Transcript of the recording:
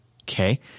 Okay